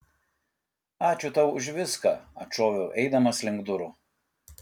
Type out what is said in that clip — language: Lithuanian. ačiū tau už viską atšoviau eidamas link durų